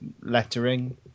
lettering